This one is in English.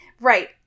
Right